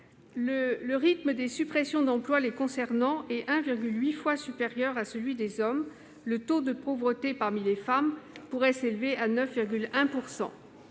le rythme des suppressions d'emplois les concernant est 1,8 fois supérieur à celui des hommes. Le taux de pauvreté parmi les femmes pourrait s'élever à 9,1 %.